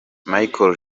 michael